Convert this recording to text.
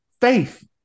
Faith